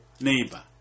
neighbor